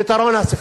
פתרון הסכסוך.